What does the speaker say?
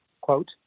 quote